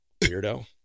weirdo